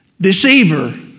deceiver